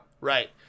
Right